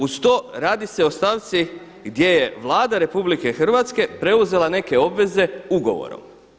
Uz to radi se o stavci gdje je Vlada RH preuzela neke obveze ugovorom.